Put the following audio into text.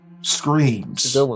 Screams